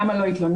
למה לא התלוננת,